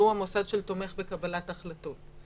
והוא המוסד שתומך בקבלת החלטות.